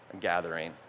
gathering